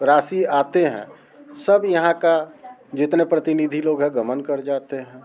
राशि आते हैं सब यहाँ का जितने प्रतिनिधि लोग हैं गमन कर जाते हैं